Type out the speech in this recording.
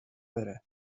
wurde